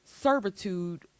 servitude